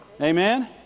Amen